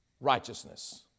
righteousness